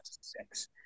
six